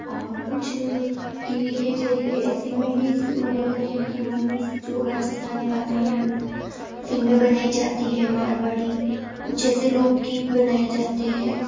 और कुछ TV के ज़रिए ऐसी मूवीज़ मनोरंजन की मूवीज़ जो रजस्थानी भाषा में फ़िल्में बनाई जाती हैं मारवाड़ी कुछ ऐसे लोक गीत बनाए जाते हैं